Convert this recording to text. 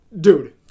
dude